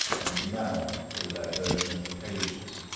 and a mall for the diversion of the pages.